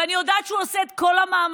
אני יודעת שהוא עושה את כל המאמצים